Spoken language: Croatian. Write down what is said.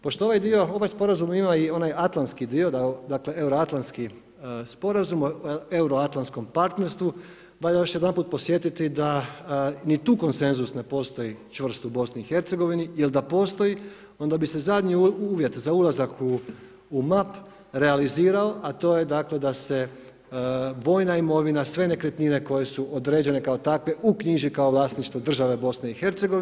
Pošto ovaj dio, ovaj sporazum ima i onaj atlantski dio, euroatlantski sporazum o euroatlantskom partnerstvu, moram još jedanput podsjetiti, da ni tu konsenzus ne postoji čvrst u BIH, jer da postoji, onda bi se zadnji uvjet za ulazak u MAP realizirao, a to je dakle, da se vojna imovina sve nekretnine koje su određene kao takve uknjiži kao vlasništvo država BIH.